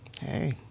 hey